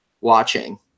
watching